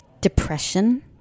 depression